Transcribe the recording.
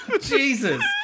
Jesus